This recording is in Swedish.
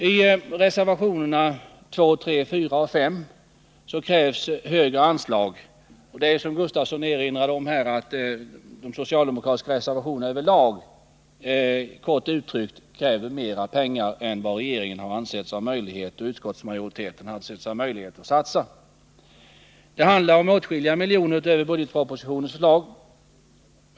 I reservationerna 2, 3, 4 och 5 krävs högre anslag till de olika fakulteterna. Det är så som Lars Gustafsson erinrade om, att det i de socialdemokratiska reservationerna över lag krävs mer pengar än vad regeringen och utskottsmajoriteten anser det möjligt att satsa. Det handlar om åtskilliga miljoner kronor utöver budgetpropositionens förslag.